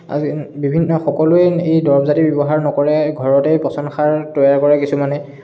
বিভিন্ন সকলোৱে এই দৰব জাতিৰ ব্যৱহাৰ নকৰে ঘৰতেই পচন সাৰ তৈয়াৰ কৰে কিছুমানে